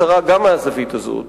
לטענות החשודים